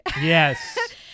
Yes